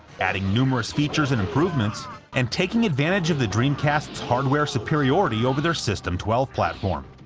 adding numerous features and improvements and taking advantage of the dreamcast's hardware superiority over their system twelve platform.